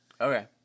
Okay